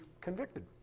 convicted